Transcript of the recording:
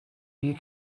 you